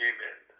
Amen